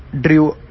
drew